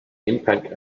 impact